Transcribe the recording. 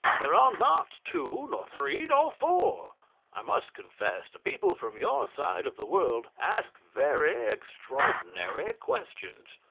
there are not two, nor three, nor four. i must confess the people from your side of the world ask very extraordinary questions.